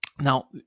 Now